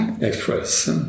Express